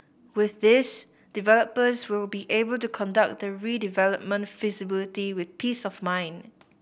with this developers will be able to conduct the redevelopment feasibility with peace of mind